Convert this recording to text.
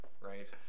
Right